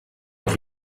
auch